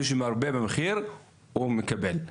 מי שמרבה במחיר הוא מקבל,